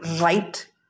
right